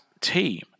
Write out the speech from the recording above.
team